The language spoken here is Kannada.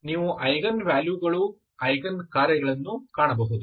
ಆದ್ದರಿಂದ ನೀವು ಐಗನ್ ವ್ಯಾಲ್ಯೂಗಳು ಐಗನ್ ಕಾರ್ಯಗಳನ್ನು ಕಾಣಬಹುದು